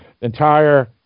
entire